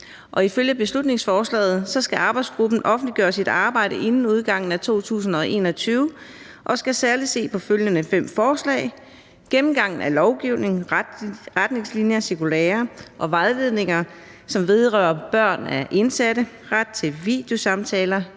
ifølge beslutningsforslaget skal arbejdsgruppen offentliggøre sit arbejde inden udgangen af 2021 og skal særlig se på følgende fem forslag: gennemgang af lovgivning, retningslinjer, cirkulærer og vejledninger, som vedrører børn af indsatte; ret til videosamtaler